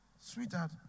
Sweetheart